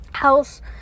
house